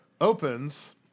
Opens